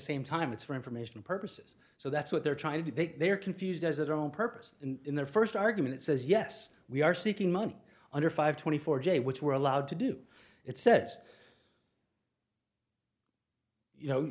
same time it's for informational purposes so that's what they're trying to do they are confused does it on purpose in their first argument it says yes we are seeking money under five twenty four j which we're allowed to do it says you know